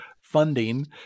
funding